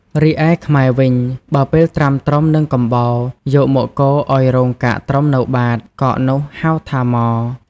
រីឯខ្មែរវិញ បើពេលត្រាំត្រុំ និងកំបោរ យកមកកូរឱ្យរងកាកត្រុំនៅបាត កកនោះហៅថា ម៉។